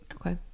Okay